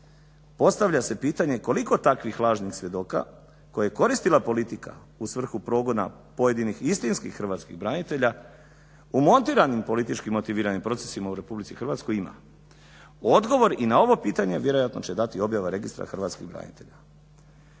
Postavlja se pitanje koliko takvih lažnih svjedoka koje je koristila politika u svrhu progona pojedinih i istinskih hrvatskih branitelja u montiranim političkim motiviranim procesima u RH ima? Odgovor i na ovo pitanje vjerojatno će dati i objava Registra hrvatskih branitelja.